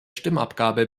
stimmabgabe